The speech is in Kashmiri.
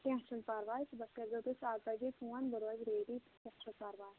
کیٚنٛہہ چھُ نہٕ پرواے صُحبس کٔرۍزیٚو تُہۍ ستھ بجے فون بہٕ روزٕ ریڈی کیٚنٛہہ چھُ نہٕ پَرواے